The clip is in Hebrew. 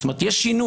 זאת אומרת יש שינוי.